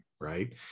right